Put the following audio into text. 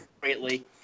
greatly